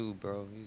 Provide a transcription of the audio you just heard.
bro